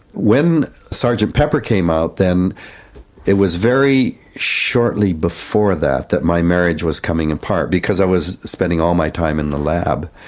when so sgt and pepper came out, then it was very shortly before that that my marriage was coming apart, because i was spending all my time in the lab.